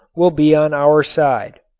will be on our side.